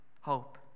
hope